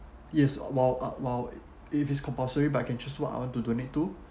yes while uh while if it is compulsory but I can choose what I want to donate to